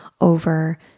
over